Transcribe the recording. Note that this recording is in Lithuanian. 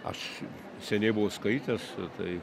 aš seniai buvau skaitęs tai